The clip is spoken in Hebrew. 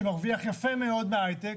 שמרוויח יפה מאוד בהייטק,